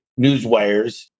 newswires